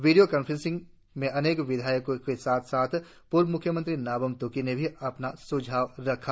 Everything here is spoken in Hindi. वीडियों कांफ्रेंसिंग में अनेक विधायको के साथ साथ पूर्व म्ख्यमंत्री नाबम त्की ने भी अपने स्झाव रखे